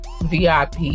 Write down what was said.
VIP